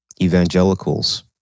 evangelicals